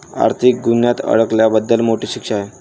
आर्थिक गुन्ह्यात अडकल्याबद्दल मोठी शिक्षा आहे